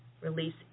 release